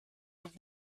have